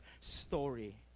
story